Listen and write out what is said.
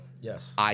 Yes